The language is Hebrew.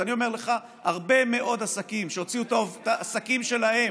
אני אומר לך: הרבה מאוד עסקים שהוציאו את העובדים שלהם,